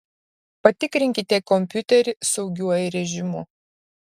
patikrinkite kompiuterį saugiuoju režimu